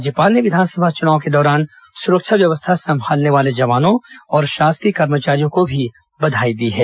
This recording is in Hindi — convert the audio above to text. राज्यपाल ने विधानसभा चुनाव के दौरान सुरक्षा व्यवस्था संभालने वाले जवानों और शासकीय कर्मचारियों को भी बधाई दी है